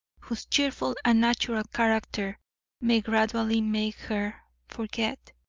whose cheerful and natural character may gradually make her forget?